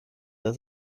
der